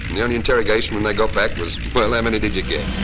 the only interrogation when they got back was, well, how many did you get?